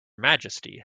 majesty